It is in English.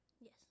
Yes